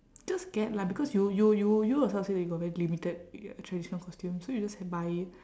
just get lah because you you you you yourself say that you got very limited traditional costume so you just buy it